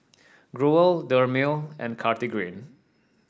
Growell Dermale and Cartigain